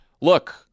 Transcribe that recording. Look